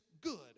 good